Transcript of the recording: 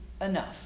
enough